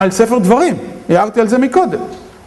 על ספר דברים, הערתי על זה מקודם.